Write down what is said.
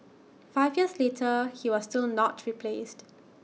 five years later he was still not replaced